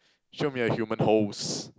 show me your human host